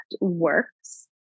works